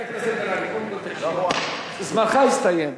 חבר הכנסת בן-ארי, זמנך הסתיים.